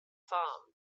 farm